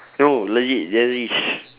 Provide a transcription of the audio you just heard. no legit there is